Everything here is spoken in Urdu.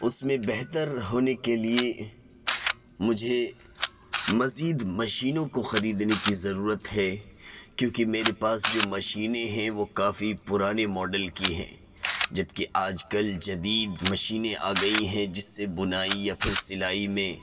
اس میں بہتر ہونے کے لیے مجھے مزید مشینوں کو خریدنے کی ضروت ہے کیوں کہ میرے پاس جو مشینیں ہیں وہ کافی پرانے ماڈل کی ہیں جب کہ آج کل جدید مشینیں آ گئی ہیں جس سے بنائی یا پھر سلائی میں